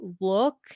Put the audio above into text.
look